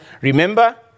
remember